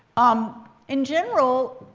um in general,